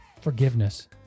forgiveness